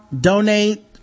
Donate